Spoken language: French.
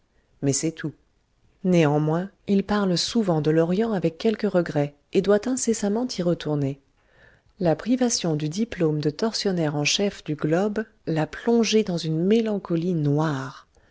mais c'est tout néanmoins il parle souvent de l'orient avec quelque regret et doit incessamment y retourner la privation du diplôme de tortionnaire en chef du globe l'a plongé dans une mélancolie noire